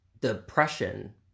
depression